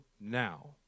now